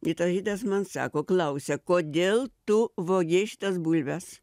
ir tas žydas man sako klausia kodėl tu vogei šitas bulves